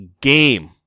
game